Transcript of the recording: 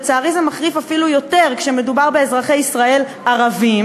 לצערי זה מחריף אפילו יותר כשמדובר באזרחי ישראל ערבים.